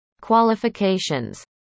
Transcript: qualifications